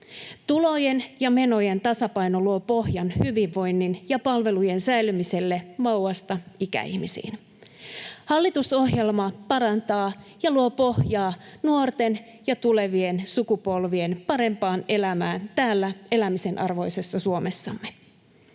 Tulojen ja menojen tasapaino luo pohjan hyvinvoinnin ja palvelujen säilymiselle vauvasta ikäihmisiin. Hallitusohjelma parantaa ja luo pohjaa nuorten ja tulevien sukupolvien parempaan elämään täällä elämisen arvoisessa Suomessamme.